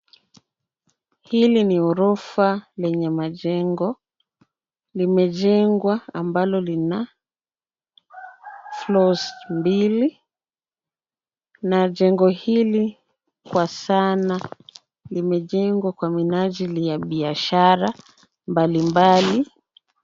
Hili ni ghorofa lenye majengo limejengwa ambalo lina floors mbili na jengo hili kwa sana limejengwa kwa minajili ya biashara mbalimbali.